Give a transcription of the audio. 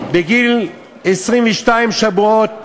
בגיל 22 שבועות